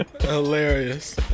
Hilarious